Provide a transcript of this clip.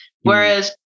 Whereas